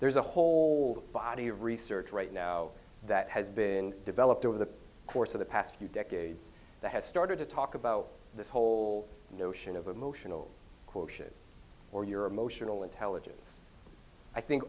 there's a whole body of research right now that has been developed over the course of the past few decades that has started to talk about this whole notion of emotional quotient or your emotional intelligence i think